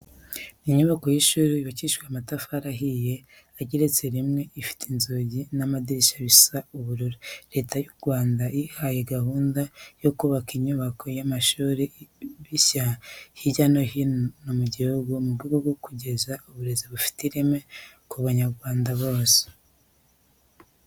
Ni inyubako y'ishuri yubakishije amatafari ahiye igeretse rimwe, ifite inzugi n'amadirishya bisa ubururu. Leta y'u Rwanda yihaye gahunda yo kubaka ibyumba by'amashuri bishya hirya no hino mu gihugu mu rwego rwo kugeza uburezi bufite ireme ku Banyarwanda bose.